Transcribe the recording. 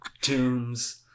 tombs